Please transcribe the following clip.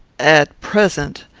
at present,